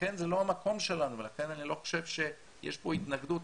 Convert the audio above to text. לכן זה לא המקום שלנו ולכן אני לא חושב שיש פה התנגדות,